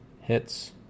Hits